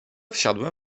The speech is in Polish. wsiadłem